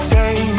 Take